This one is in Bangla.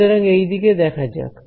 সুতরাং এই দিকে দেখা যাক